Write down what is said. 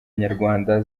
nyarwanda